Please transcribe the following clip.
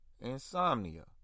Insomnia